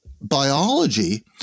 biology